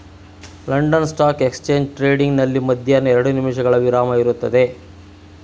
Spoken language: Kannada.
ಲಂಡನ್ ಸ್ಟಾಕ್ ಎಕ್ಸ್ಚೇಂಜ್ ಟ್ರೇಡಿಂಗ್ ನಲ್ಲಿ ಮಧ್ಯಾಹ್ನ ಎರಡು ನಿಮಿಷಗಳ ವಿರಾಮ ಇರುತ್ತದೆ